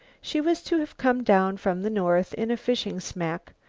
she was to have come down from the north in a fishing smack,